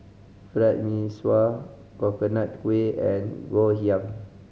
Fried Mee Sua Coconut Kuih and Ngoh Hiang